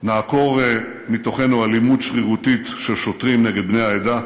נעקור מתוכנו אלימות שרירותית של שוטרים נגד בני העדה,